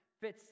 fits